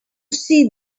see